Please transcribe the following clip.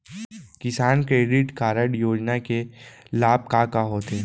किसान credit card योजना के लाभ का का होथे?